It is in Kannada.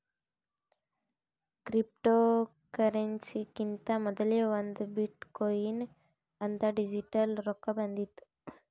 ಕ್ರಿಪ್ಟೋಕರೆನ್ಸಿಕಿಂತಾ ಮೊದಲೇ ಒಂದ್ ಬಿಟ್ ಕೊಯಿನ್ ಅಂತ್ ಡಿಜಿಟಲ್ ರೊಕ್ಕಾ ಬಂದಿತ್ತು